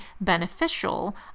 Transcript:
beneficial